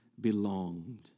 belonged